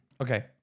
Okay